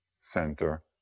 center